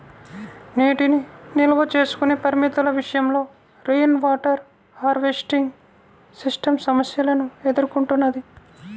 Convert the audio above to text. నీటిని నిల్వ చేసుకునే పరిమితుల విషయంలో రెయిన్వాటర్ హార్వెస్టింగ్ సిస్టమ్ సమస్యలను ఎదుర్కొంటున్నది